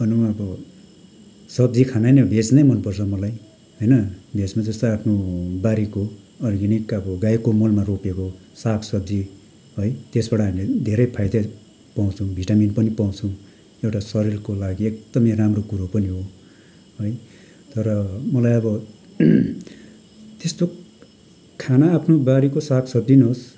भनौँ अब सब्जी खाना नै भेज नै मन पर्छ मलाई होइन भेजमा जस्तै आफ्नो बारीको अर्ग्यानिक अब गाईको मलमा रोपेको साग सब्जी है त्यसबाट हामीले धेरै फाइदा पाउँछौँ भिटामिन पनि पाउँछौँ एउटा शरीरको लागि एकदमै राम्रो कुरो पनि हो है तर मलाई अब त्यस्तो खाना आफ्नो बारीको साग सब्जी नै होस्